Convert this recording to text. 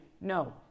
no